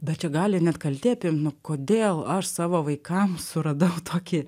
bet čia gali net kaltė apim nu kodėl aš savo vaikams suradau tokį